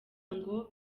ngo